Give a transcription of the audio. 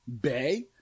bay